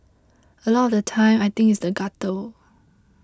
a lot of the time I think it's the gutter